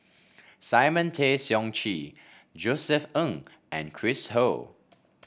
Simon Tay Seong Chee Josef Ng and Chris Ho